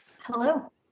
Hello